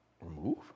remove